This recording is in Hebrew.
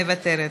מוותרת,